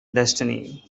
destiny